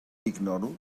ignoro